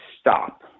stop